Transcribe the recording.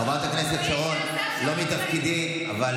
חברת הכנסת שרון, זה לא מתפקידי, אבל